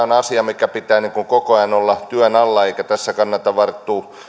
on asia minkä pitää koko ajan olla työn alla eikä tässä kannata varrota